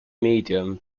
medium